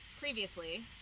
Previously